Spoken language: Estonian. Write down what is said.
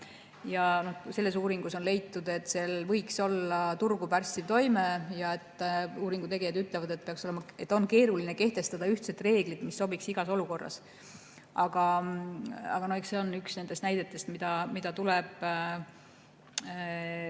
Selles uuringus on leitud, et sel võiks olla turgu pärssiv toime. Uuringu tegijad ütlevad veel, et on keeruline kehtestada ühtset reeglit, mis sobiks igas olukorras. Aga eks see on üks nendest näidetest, mida tuleb